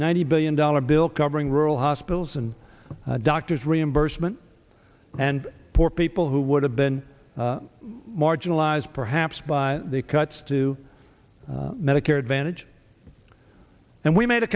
ninety billion dollars bill covering rural hospitals and doctors reimbursement and poor people who would have been marginalized perhaps by the cuts to medicare advantage and we made a